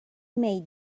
made